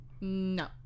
no